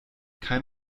kein